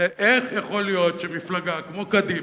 עליו הוא איך יכול להיות שמפלגה כמו קדימה,